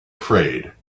afraid